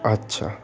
আচ্ছা